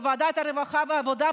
בוועדת העבודה,